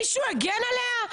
מישהו הגן עליה?